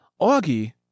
Augie